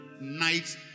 night